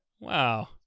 wow